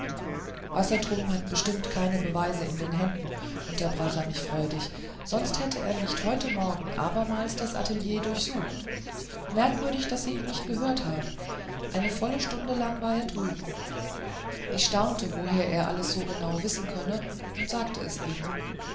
war wassertrum hat bestimmt keine beweise in den händen unterbrach er mich freudig sonst hätte er nicht heute morgen abermals das atelier durchsucht merkwürdig daß sie ihn nicht gehört haben eine volle stunde lang war er drüben ich staunte woher er alles so genau wissen könne und sagte es ihm